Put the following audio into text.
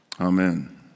Amen